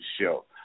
show